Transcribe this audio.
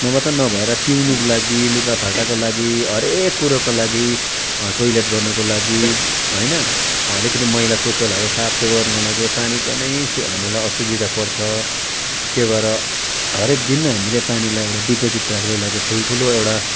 नभए त नभएर पिउनुको लागि लुगाफाटाको लागि हरेको कुरोको लागि टोयलेट गर्नुको लागि होइन अलिकति मैला कुचेलाहरू साफसफा गर्नुको लागि पानीको नै सु हामीलाई असुविधा पर्छ त्यो भएर हरेक दिन हामीलाई पानीलाई एउटा डिपोजिट राख्नुको लागि ठुलठुलो एउटा